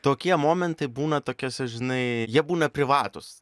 tokie momentai būna tokiuose žinai jie būna privatūs